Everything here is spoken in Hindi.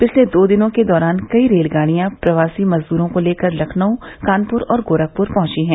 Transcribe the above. पिछले दो दिनों के दौरान कई रेलगाड़ियां प्रवासी मजदूरों को लेकर लखनऊ कानपुर और गोरखपुर पहुंची हैं